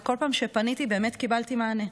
וכל פעם שפניתי באמת קיבלתי מענה,